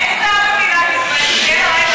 אין שר במדינת ישראל.